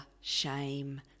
shame